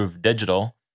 digital